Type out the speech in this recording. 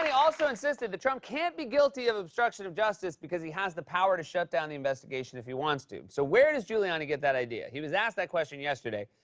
also insisted that trump can't be guilty of obstruction of justice because he has the power to shut down the investigation if he wants to. so where does giuliani get that idea? he was asked that question yesterday.